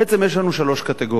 בעצם יש לנו שלוש קטגוריות: